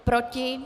Proti?